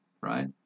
right